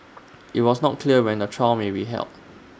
IT was not clear when A trial may be held